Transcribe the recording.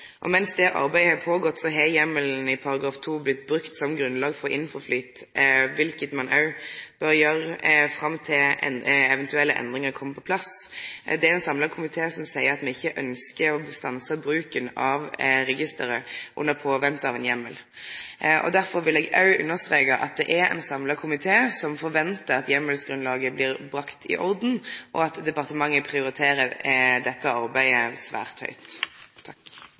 Mens det arbeidet har føregått, har ein brukt heimelen i § 2 som grunnlag for INFOFLYT, noko ein òg bør gjere fram til eventuelle endringer kjem på plass. Det er ein samla komité som seier at vi ikkje ønskjer å stanse bruken av registeret i påvente av ein heimel. Derfor vil eg òg understreke at det er ein samla komité som ventar at heimelsgrunnlaget blir bringa i orden, og at departementet prioriterer dette arbeidet svært